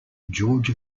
george